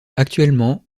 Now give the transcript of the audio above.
actuellement